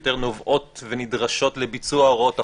יותר נובעות ונדרשות לביצוע הוראות החוק,